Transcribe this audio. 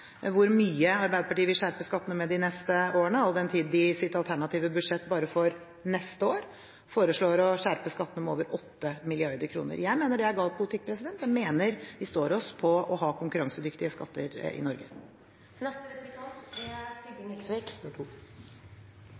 hvor mye Arbeiderpartiet vil skjerpe skattene med de neste årene, all den tid de i sitt alternative budsjett bare for neste år foreslår å skjerpe skattene med over 8 mrd. kr. Jeg mener det er gal politikk. Jeg mener vi står oss på å ha konkurransedyktige skatter i Norge. I et samfunn er